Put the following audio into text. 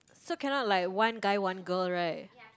so cannot like one guy one girl right